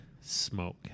smoke